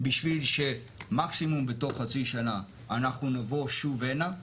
בשביל שמקסימום בתוך חצי שנה אנחנו נבוא שוב הנה.